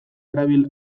erabili